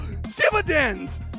dividends